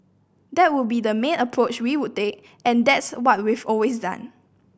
that would be the main approach we would take and that's what we've always done